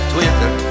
Twitter